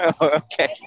Okay